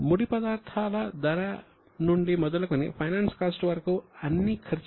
ముడి పదార్థాల ధర నుండి మొదలుకొని ఫైనాన్స్ కాస్ట్ వరకు అన్ని ఖర్చులు